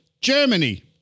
Germany